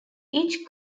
each